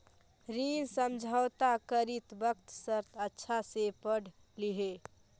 ऋण समझौता करित वक्त शर्त अच्छा से पढ़ लिहें